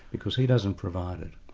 because he doesn't provide it.